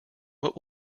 what